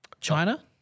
China